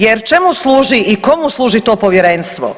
Jer čemu služi i komu služi to Povjerenstvo?